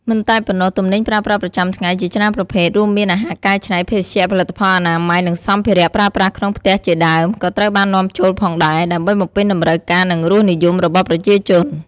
មិនតែប៉ុណ្ណោះ ទំនិញប្រើប្រាស់ប្រចាំថ្ងៃ ជាច្រើនប្រភេទ រួមមានអាហារកែច្នៃ ភេសជ្ជៈ ផលិតផលអនាម័យ និងសម្ភារៈប្រើប្រាស់ក្នុងផ្ទះជាដើម ក៏ត្រូវបាននាំចូលផងដែរ ដើម្បីបំពេញតម្រូវការ និងរសនិយមរបស់ប្រជាជន។